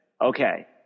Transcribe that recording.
okay